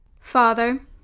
Father